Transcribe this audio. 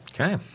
okay